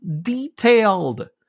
detailed